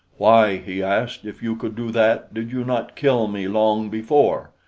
why, he asked, if you could do that, did you not kill me long before?